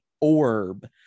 orb